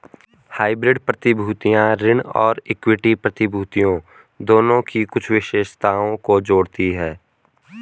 hybrid प्रतिभूतियां ऋण और इक्विटी प्रतिभूतियों दोनों की कुछ विशेषताओं को जोड़ती हैं